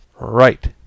Right